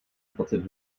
dvacet